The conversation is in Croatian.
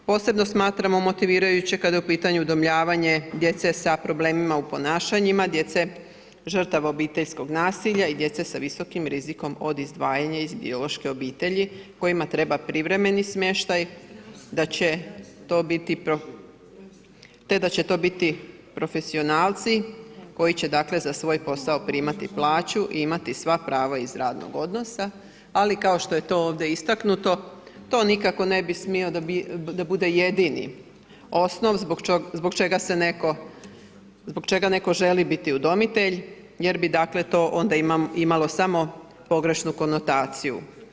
Posebno smatramo motivirajuće kad je u pitanju udomljavanje djece sa problemima u ponašanjima, djece žrtava obiteljskog nasilja i djece sa visokom rizikom od izdvajanja iz biološke obitelji kojima treba privremeni smještaj te da će to biti profesionalci koji će za svoj posao primati plaću i imati sva prava iz radnog odnosa ali kao što je to ovdje istaknuto, to nikako ne bi smio da bude jedini osnov zbog čega netko želi biti udomitelj jer bi to dakle onda imalo samo pogrešnu konotaciju.